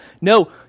No